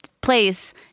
place